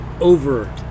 over